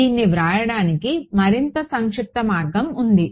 దీన్ని వ్రాయడానికి మరింత సంక్షిప్త మార్గం ఉంది